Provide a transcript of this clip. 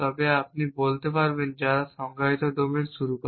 তবে আপনি বলতে পারবেন যারা সংজ্ঞায়িত ডোমেন শুরু করে